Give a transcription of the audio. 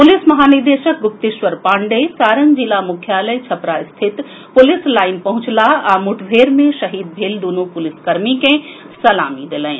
police महानिदेशक गुप्तेश्वर पांडेय सारण जिला मुख्यालय छपरा स्थित पुलिस लाईन पहुंचलाह आ मुठभेड़ मे शहीद भेल दुनू पुलिस कर्मी के सलामी देलनि